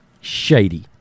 Shady